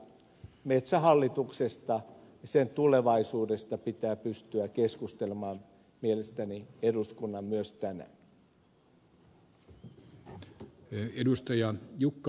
metsähallituksesta ja sen tulevaisuudesta pitää pystyä keskustelemaan mielestäni eduskunnan myös tänään